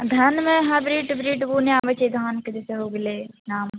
धानमे हाइब्रिड उब्रिड नहि आबै छै धानके जइसे हो गेलै नाम